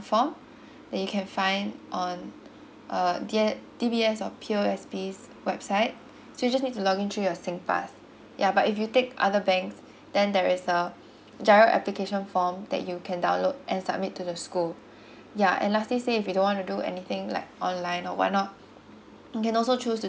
that you can find on uh D S D_B_S or P_O_S_B website so you just need to log in through your singpass ya but if you take other banks then there is a giro application form that you can download and submit to the school ya and lastly say if you don't wanna do anything like online or what not